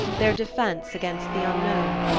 their defence against the unknown,